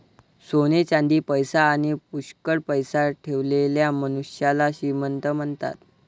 सोने चांदी, पैसा आणी पुष्कळ पैसा ठेवलेल्या मनुष्याला श्रीमंत म्हणतात